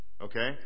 Okay